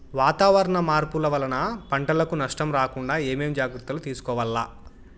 వాతావరణ మార్పులు వలన పంటలకు నష్టం రాకుండా ఏమేం జాగ్రత్తలు తీసుకోవల్ల?